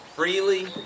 Freely